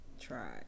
Try